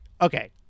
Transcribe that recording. Okay